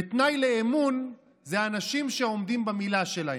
ותנאי לאמון זה אנשים שעומדים במילה שלהם.